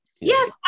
yes